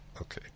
Okay